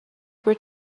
were